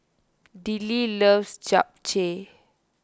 Dillie loves Japchae